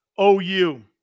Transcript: OU